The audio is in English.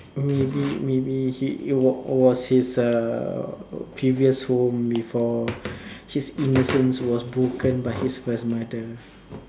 maybe maybe he it was his uh previous home before his innocence was broken by his first mother